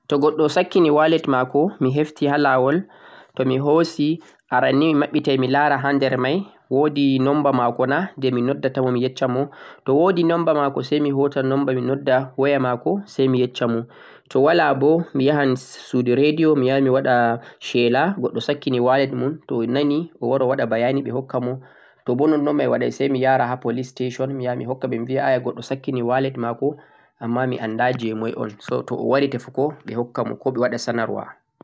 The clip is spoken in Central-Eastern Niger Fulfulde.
to goɗɗo sakkini walet maako mi hefti ha laawol, to mi hoosi ,aran ni mi maɓɓitay mi laara ha nder may, woodi number maako na jee mi nodda ta mo mi yecca mo?, to woodi number maako say mi hoosa number maako mi nodda waya maako say mi yecca mo, to walaa bo mi yahan suudu radio mi yaha mi waɗa shela, goɗɗo sakkini walet mun to o nani o wara o waɗa bayani ɓe hokka mo, to bo nonnon may waɗay say mi yara ha 'police station', mi yaha mi hokkaɓe mi biya aya goɗɗo sakkini walet maako ammaa mi amda jee moy on so, to o wari tefugo ɓe hokka mo ko ɓe waɗa 'sanarwa'